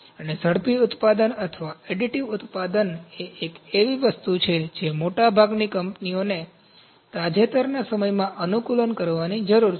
અને ઝડપી ઉત્પાદન અથવા એડિટિવ ઉત્પાદન એ એવી વસ્તુ છે જે મોટાભાગની કંપનીઓને તાજેતરના સમયમાં અનુકૂલન કરવાની જરૂર છે